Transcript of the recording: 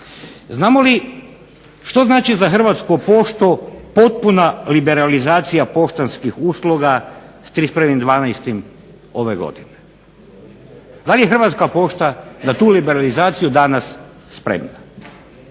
Znamo li što znači za Hrvatsku poštu potpuna liberalizacija poštanskih usluga sa 31. 12. ove godine. Da li je Hrvatska pošta na tu liberalizaciju danas spremna?